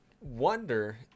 wonder